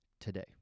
today